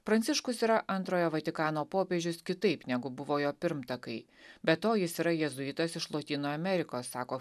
pranciškus yra antrojo vatikano popiežius kitaip negu buvo jo pirmtakai be to jis yra jėzuitas iš lotynų amerikos sako